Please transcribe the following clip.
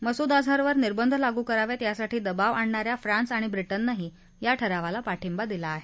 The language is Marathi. मसूद अजहरवर निर्बंध लागू करावेत यासाठी दबाव आणणाऱ्या फ्रान्स आणि ब्रिटनंनही या ठरावाला पाठिंबा दिला आहे